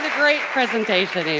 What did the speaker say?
ah great presentation, amy.